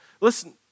Listen